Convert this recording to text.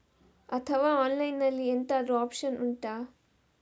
ಅಥವಾ ಆನ್ಲೈನ್ ಅಲ್ಲಿ ಎಂತಾದ್ರೂ ಒಪ್ಶನ್ ಉಂಟಾ